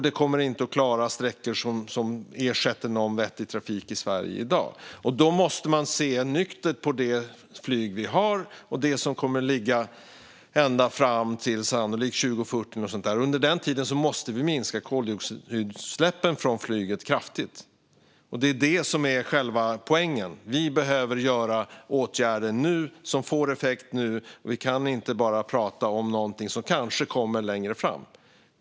De kommer inte heller att klara sträckor som ersätter någon vettig trafik i Sverige i dag. Man måste se nyktert på det flyg vi har och som sannolikt kommer att finnas ända fram till 2040 eller något sådant. Under den tiden måste vi kraftigt minska koldioxidutsläppen från flyget. Det är det som är själva poängen. Vi behöver vidta åtgärder nu som får effekt nu. Vi kan inte bara prata om någonting som kanske kommer längre fram.